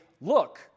look